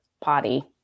potty